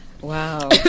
Wow